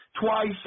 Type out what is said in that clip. twice